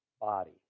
body